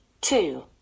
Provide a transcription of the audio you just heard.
two